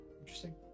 Interesting